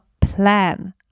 plan